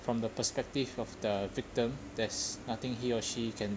from the perspective of the victim there's nothing he or she can